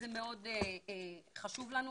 דבר שהוא חשוב לנו מאוד.